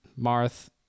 Marth